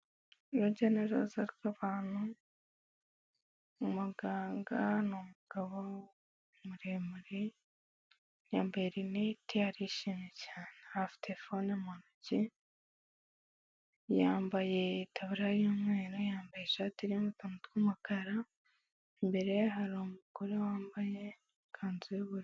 Urujya n'uruza rw'abantu, umuganga n'umugabo muremure yambaye rinete arishimye cyane afite telefone mu ntoki yambaye itaburiya y'umweru, yambaye ishati irimo utuntu tw'umukara imbere hari umugore wambaye ikanzu y'ubururu.